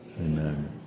Amen